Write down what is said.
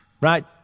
Right